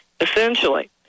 Essentially